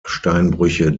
steinbrüche